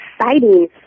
exciting